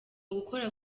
gukora